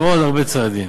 ועוד הרבה צעדים.